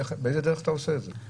באיזו דרך אתה עושה את זה?